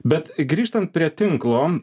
bet grįžtant prie tinklo